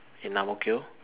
in Ang-Mo-Kio